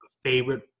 favorite